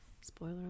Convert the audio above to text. Spoiler